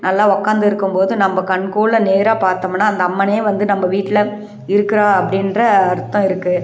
நல்லா உக்காந்திருக்கும்போது நம்ப கண்குள்ளே நேராக பார்த்தோமுன்னா அந்த அம்மனே வந்து நம்ப வீட்டில் இருக்கிற அப்படின்ற அர்த்தம் இருக்குது